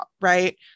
right